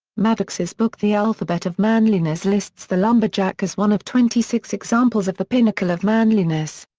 maddox's book the alphabet of manliness lists the lumberjack as one of twenty six examples of the pinnacle of manliness.